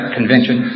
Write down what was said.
convention